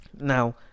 Now